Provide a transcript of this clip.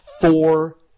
four